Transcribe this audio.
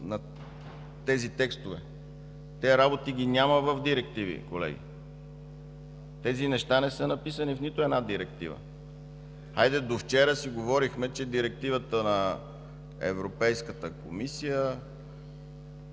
на тези текстове. Тези работи ги няма в директиви, колеги. Тези неща не са написани в нито една директива. Хайде, до вчера си говорехме, че Директивата на Европейската комисия